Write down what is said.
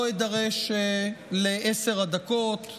לא אידרש לעשר הדקות,